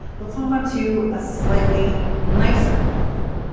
let's move on to a slightly nicer problem.